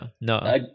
no